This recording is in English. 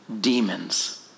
demons